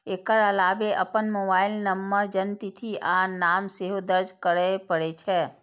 एकर अलावे अपन mobile number, जन्मतिथि आ नाम सेहो दर्ज करय पड़ै छै